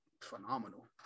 phenomenal